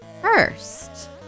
first